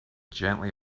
gently